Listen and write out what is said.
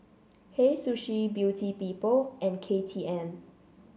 Hei Sushi Beauty People and K T M